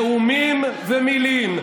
נאומים ומילים,